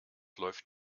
läuft